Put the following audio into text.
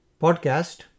podcast